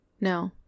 no